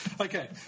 okay